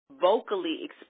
vocally